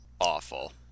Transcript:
Awful